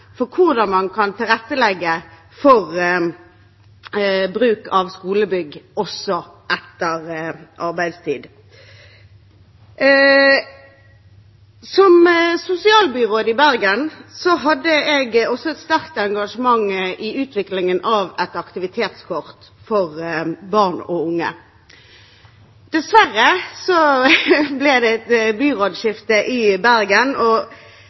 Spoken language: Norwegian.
for hvordan man kan tilrettelegge for bruk av skolebygg også etter arbeidstid. Som sosialbyråd i Bergen hadde jeg også et sterkt engasjement i forbindelse med utviklingen av et aktivitetskort for barn og unge. Dessverre ble det et byrådskifte i Bergen, og